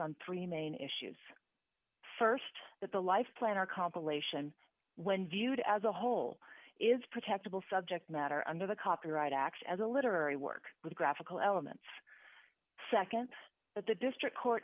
on three main issues st that the life plan are compilation when viewed as a whole is protected will subject matter under the copyright act as a literary work with graphical elements nd at the district court